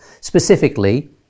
Specifically